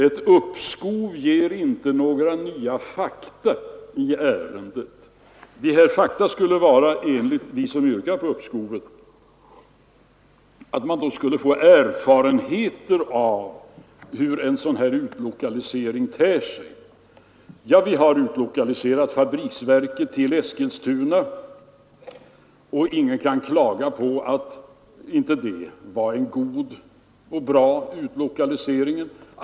Ett uppskov ger inte några nya fakta i ärendet. Dessa fakta skulle, enligt dem som yrkar på uppskovet, vara att man skulle få erfarenheter av hur en sådan här utlokalisering ter sig. Men vi har utlokaliserat fabriksverket till Eskilstuna, och ingen kan klaga på att det inte var en bra utlokalisering.